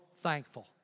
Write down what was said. thankful